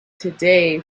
today